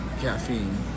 caffeine